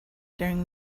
during